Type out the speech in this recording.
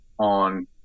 on